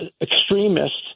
extremists